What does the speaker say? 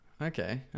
Okay